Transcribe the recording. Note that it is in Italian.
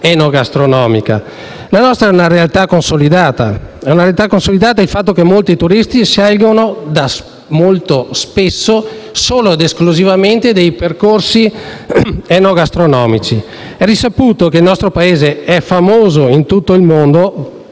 consolidata: è una realtà consolidata il fatto che molti turisti scelgono molto spesso solo ed esclusivamente dei percorsi enogastronomici. È risaputo che, tra le altre cose, il nostro Paese è famoso in tutto il mondo